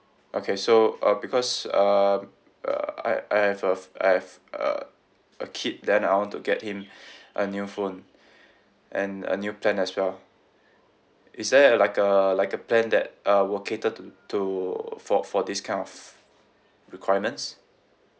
okay so uh because um uh I I have a f~ I have a a kid then I want to get him a new phone and a new plan as well is there uh like a like a plan that uh will cater to to for for this kind of requirements